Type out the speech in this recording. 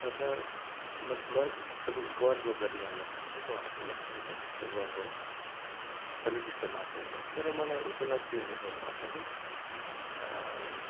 अतः I mean गर्व गरिहाल्ने खाले म आफुले आफुमा त्यस्तो गर्व पनि त्यस्तो लाग्दैन तर मलाई उपलब्धिहरू भन्दा पनि